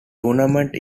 tournament